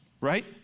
right